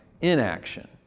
inaction